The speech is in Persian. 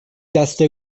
دسته